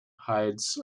hides